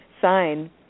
sign